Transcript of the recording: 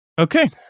okay